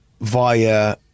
via